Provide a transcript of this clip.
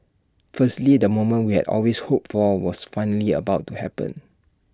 firstly the moment we had always hoped for was finally about to happen